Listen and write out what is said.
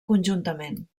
conjuntament